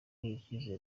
icyizere